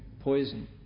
poison